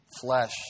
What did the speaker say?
flesh